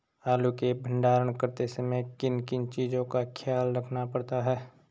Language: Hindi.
आलू के भंडारण करते समय किन किन चीज़ों का ख्याल रखना पड़ता है?